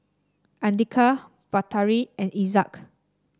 Andika Batari and Izzat